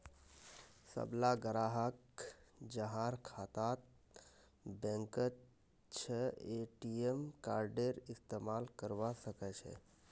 सबला ग्राहक जहार खाता बैंकत छ ए.टी.एम कार्डेर इस्तमाल करवा सके छे